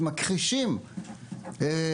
אני נתקלתי בקשב בלתי רגיל.